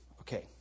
okay